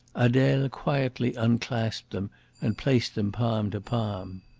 adele quietly unclasped them and placed them palm to palm.